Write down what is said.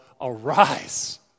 arise